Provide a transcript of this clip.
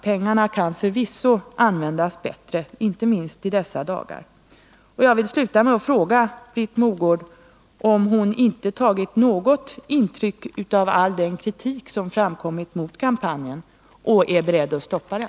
Pengarna kan förvisso användas bättre, inte minst i dessa dagar. Jag vill sluta med att fråga Britt Mogård, om hon inte tagit något intryck av all den kritik som framkommit mot kampanjen och är beredd att stoppa den.